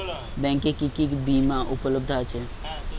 ব্যাংকে কি কি বিমা উপলব্ধ আছে?